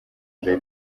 jay